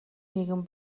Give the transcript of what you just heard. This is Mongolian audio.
нэгэн